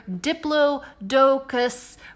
Diplodocus